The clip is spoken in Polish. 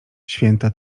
święta